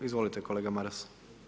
Izvolite kolega Maras.